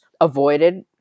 avoided